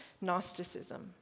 Gnosticism